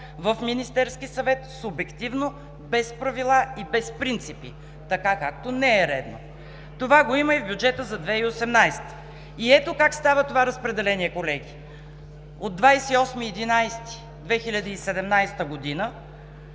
в Министерския съвет – субективно, без правила и без принципи, така както не е редно. Това го има и в бюджета за 2018 г. И ето как става това разпределение, колеги: от 28 ноември